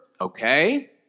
okay